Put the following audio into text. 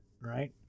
right